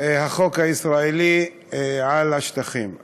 החוק הישראלי על השטחים.